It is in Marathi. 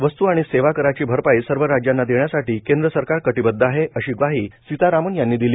वस्तू आणि सेवा कराची भरपाई सर्व राज्यांना देण्यासाठी केंद्र सरकार प्रतिबद्ध आहे अशी ग्वाही सीतारामन यांनी दिली